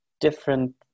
different